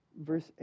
Verse